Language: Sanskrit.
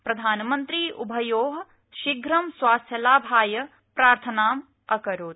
प्रधानमन्त्री उभयो शीघ्रं स्वास्थ्यलाभाय प्रार्थनाम् अकरोत्